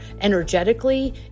energetically